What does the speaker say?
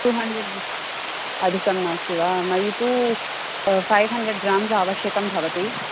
two hundred अधिकं नास्ति वा मह्यं तु फै़व् हण्ड्रेड् ग्राम्स् आवश्यकं भवति